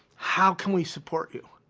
how can we support you?